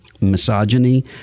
misogyny